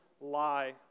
lie